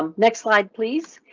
um next slide, please.